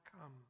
come